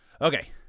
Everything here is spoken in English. Okay